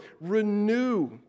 renew